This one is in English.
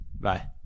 Bye